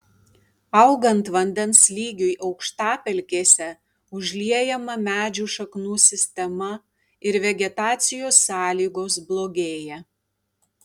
augant vandens lygiui aukštapelkėse užliejama medžių šaknų sistema ir vegetacijos sąlygos blogėja